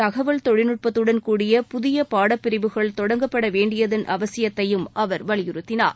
தகவல் தொழில்நுட்பத்துடன் கூடிய புதிய பாடப்பிரிவுகள் தொடங்கப்பட வேண்டியதன் அவசியத்தையும் அவர் வலியுறுத்தினார்